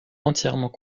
entièrement